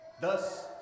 thus